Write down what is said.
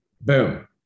Boom